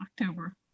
October